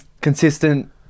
Consistent